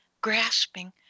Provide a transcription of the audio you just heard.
grasping